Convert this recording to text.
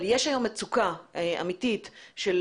אבל היום יש מצוקה אמיתית של